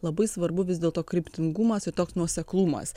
labai svarbu vis dėlto kryptingumas ir toks nuoseklumas